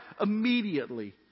immediately